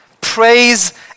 praise